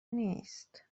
نیست